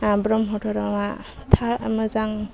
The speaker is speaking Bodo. ब्रह्म धोरोमा मोजां